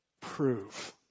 prove